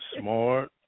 smart